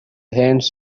hands